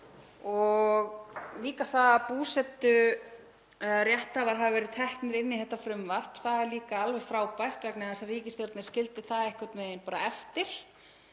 Það að búseturétthafar hafi verið teknir inn í þetta frumvarp er líka alveg frábært vegna þess að ríkisstjórnin skildi það einhvern veginn eftir